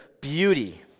beauty